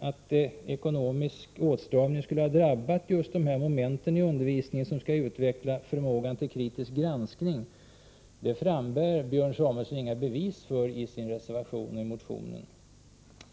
Att ekonomisk åtstramning skulle ha drabbat just de moment i undervisningen som skall utveckla förmågan till kritisk granskning frambär Björn Samuelson inga bevis för i sin reservation eller i motionen.